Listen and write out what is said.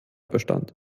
bestand